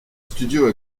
studio